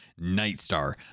Nightstar